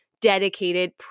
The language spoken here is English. Dedicated